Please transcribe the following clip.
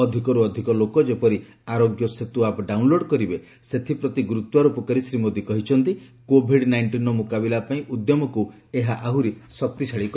ଅଧିକରୁ ଅଧିକ ଲୋକ ଯେପରି ଆରୋଗ୍ୟ ସେତୁ ଆପ୍ ଡାଉନ୍ଲୋଡ୍ କରିବେ ସେଥିପ୍ରତି ଗୁରୁତ୍ୱାରୋପ କରି ଶ୍ରୀ ମୋଦୀ କହିଛନ୍ତି କୋଭିଡ୍ ନାଇଣ୍ଟନ୍ର ମୁକାବିଲା ପାଇଁ ଉଦ୍ୟମକୁ ଏହା ଆହୁରି ଶକ୍ତିଶାଳୀ କରିବ